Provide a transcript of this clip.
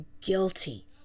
guilty